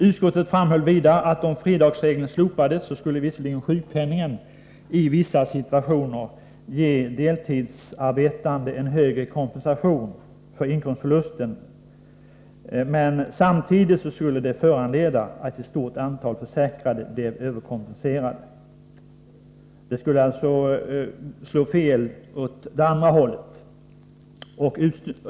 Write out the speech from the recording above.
Utskottet framhöll vidare att om fridagsregeln slopades skulle visserligen sjukpenningen i vissa situationer ge deltidsarbetande en högre kompensation för inkomstförlusten, men att det samtidigt skulle föranleda att ett stort antal försäkrade blev överkompenserade. Det skulle alltså slå fel åt andra hållet.